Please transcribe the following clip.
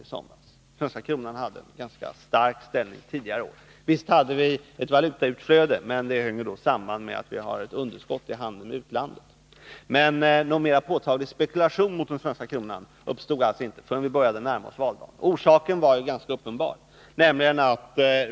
Den svenska kronan hade en ganska stark ställning tidigare. Visst hade vi ett valutautflöde, men det hängde samman med att vi har ett underskott i handeln med utlandet. Men någon mer påtaglig spekulation mot den svenska kronan uppstod alltså inte förrän vi började närma oss valdagen. Orsaken var ganska uppenbar.